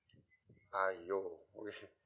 !aiyo! okay